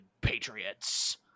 Patriots